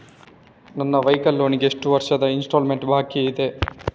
ನನ್ನ vehicle loan ಗೆ ಎಷ್ಟು ವರ್ಷದ ಇನ್ಸ್ಟಾಲ್ಮೆಂಟ್ ಬಾಕಿ ಇದೆ?